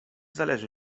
zależy